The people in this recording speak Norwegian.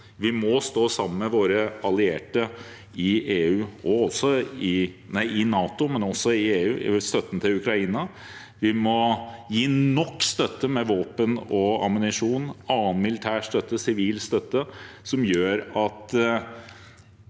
Vi må stå sammen med våre allierte i NATO, men også i EU, i støtten til Ukraina. Vi må gi nok støtte, med våpen og ammunisjon og annen militær og sivil støtte, som gjør at